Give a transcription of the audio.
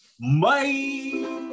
bye